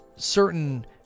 certain